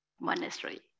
monastery